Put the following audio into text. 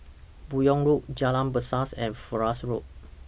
Buyong Road Jalan Berseh and Florence Road